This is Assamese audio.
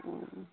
অঁ